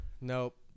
Nope